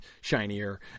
shinier